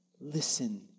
Listen